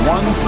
One